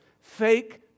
Fake